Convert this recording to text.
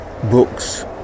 books